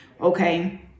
okay